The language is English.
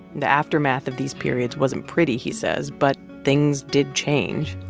the aftermath of these periods wasn't pretty, he says, but things did change.